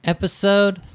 Episode